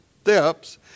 steps